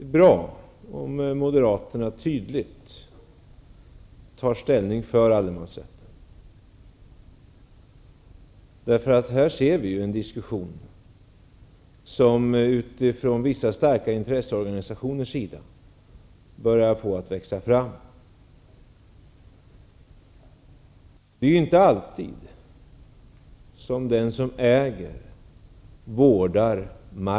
Det är bra om moderaterna tydligt tar ställning för allemansrätten. Här ser vi att en diskussion från vissa starka intresseorganisationers sida börjar växa fram. Men det är ju inte alltid som den som äger mark också vårdar denna.